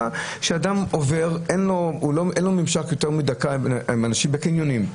כשאדם עובר אין לו ממשק יותר מדקה עם אנשים בקניונים.